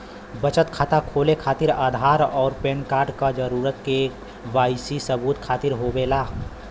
बचत खाता खोले खातिर आधार और पैनकार्ड क जरूरत के वाइ सी सबूत खातिर होवेला